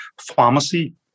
pharmacy